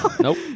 nope